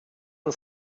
and